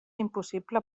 impossible